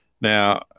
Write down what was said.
now